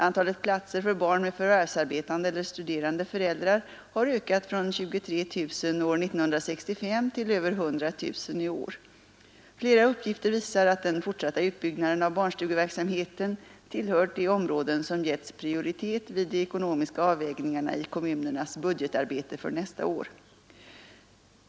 Antalet platser för barn med förvärvsarbetande eller studerande föräldrar har ökat från 23 000 år 1965 till över 100 000 i år. Flera uppgifter visar att den fortsatta utbyggnaden av barnstugeverksamheten tillhört de områden som getts prioritet vid de ekonomiska avvägningarna i kommunernas budgetarbete för nästa år.